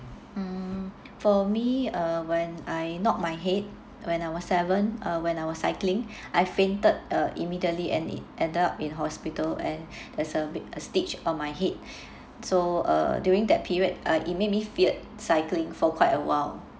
mm for me uh when I knocked my head when I was seven uh when I was cycling I fainted uh immediately and it ended up in hospital and there's a big a stitch on my head so uh during that period uh it may be feared cycling for quite awhile